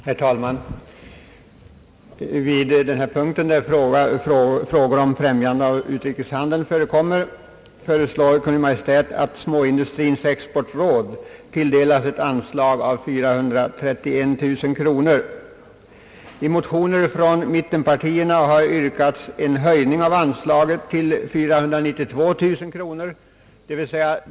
Herr talman! Vid punkt 8, där frågor om främjande av utrikeshandeln förekommer, föreslår Kungl. Maj:t att småindustrins exportråd och småindustrins exportbyrå tilldelas ett anslag av 431 000 kronor. I motioner från mittenpartierna har yrkats en höjning av anslaget till 492 000 kronor.